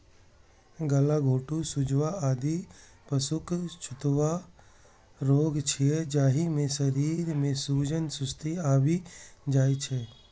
गलाघोटूं, सुजवा, आदि पशुक छूतहा रोग छियै, जाहि मे शरीर मे सूजन, सुस्ती आबि जाइ छै